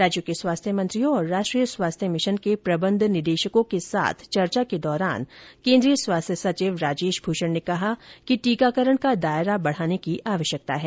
राज्यों के स्वास्थ्य मंत्रियों और राष्ट्रीय स्वास्थ्य मिशन के प्रबंध निदेशकों के साथ चर्चा के दौरान केन्द्रीय स्वास्थ्य सचिव राजेश भूषण ने कहा कि टीकाकरण का दायरा बढ़ाने की आवश्यकता है